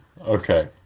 okay